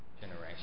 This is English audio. generation